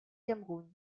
cameroun